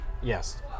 Yes